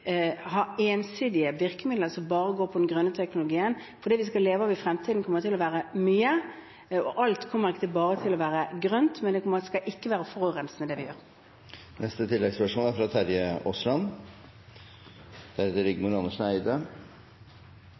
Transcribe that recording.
skal leve av i fremtiden, kommer til å være mye. Alt kommer ikke bare til å være grønt, men det skal ikke være forurensende det vi gjør. Terje Aasland – til oppfølgingsspørsmål. La meg aller først understreke at Arbeiderpartiet er